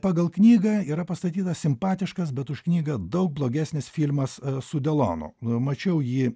pagal knygą yra pastatytas simpatiškas bet už knygą daug blogesnis filmas su delonu mačiau jį